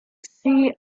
see